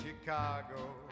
Chicago